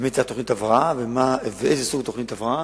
ומי צריך תוכנית הבראה ואיזה סוג תוכנית הבראה.